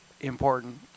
important